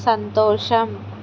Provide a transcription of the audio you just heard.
సంతోషం